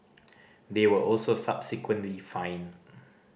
they were also subsequently fined